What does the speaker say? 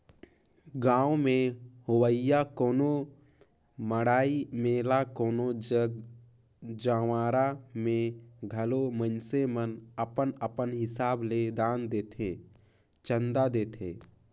गाँव में होवइया कोनो मड़ई मेला कोनो जग जंवारा में घलो मइनसे मन अपन अपन हिसाब ले दान देथे, चंदा देथे